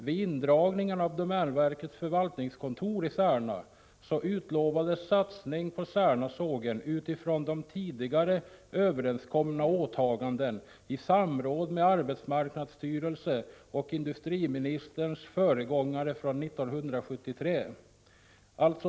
Vid indragningen av domänverkets förvaltningskontor i Särna utlovades satsningar på Särnasågen med utgångspunkt i tidigare överenskomna åtaganden i samråd med arbetsmarknadsstyrelsen och industriministerns föregångare från 1973.